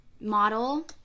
model